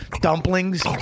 Dumplings